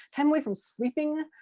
time away from sleeping.